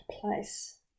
place